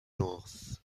north